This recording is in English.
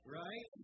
right